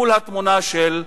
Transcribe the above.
מול התמונה של הרצל.